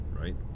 right